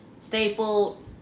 stapled